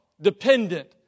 dependent